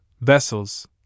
vessels